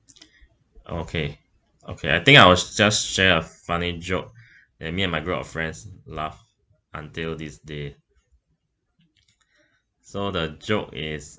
okay okay I think I will just share a funny joke where me and my group of friends laugh until this day so the joke is